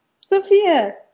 Sophia